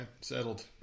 settled